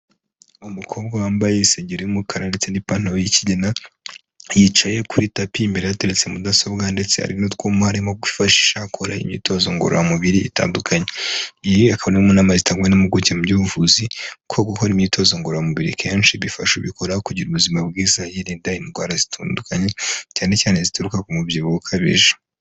Umukobwa wambaye isengegeri y'umukara ndetse n'ipantaro yi'kigina, yicaye kuri tapi imbere hateretse mudasobwa ndetse harimo utwuma arimo kwifashisha akora imyitozo ngororamubiri itandukanye. Iyi ni imwe munama zitanye n'impuguke mu by'ubuvuzi ko gukora imyitozo ngororamubiri kenshi bifasha ubikora kugira ubuzima bwiza yirinda indwara zitandukanye cyane cyane zituruka ku mubyibuho ukabije.